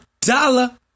Dollar